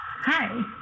hi